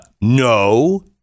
No